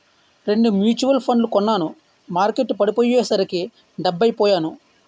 రెండు మ్యూచువల్ ఫండ్లు కొన్నాను మార్కెట్టు పడిపోయ్యేసరికి డెబ్బై పొయ్యాను